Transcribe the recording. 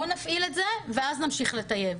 בואו נפעיל את זה ואז נמשיך לטייב.